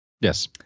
Yes